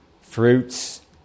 Fruits